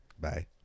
Bye